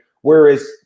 Whereas